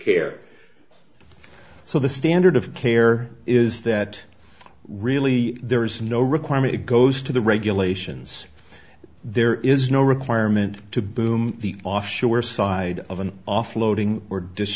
care so the standard of care is that really there is no requirement it goes to the regulations there is no requirement to boom the off shore side of an off loading or